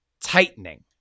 tightening